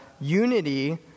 unity